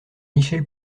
michel